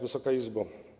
Wysoka Izbo!